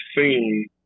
seen